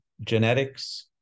genetics